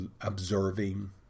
observing